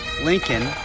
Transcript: Lincoln